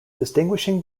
distinguishing